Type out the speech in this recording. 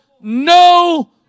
no